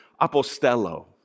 apostello